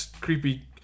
creepy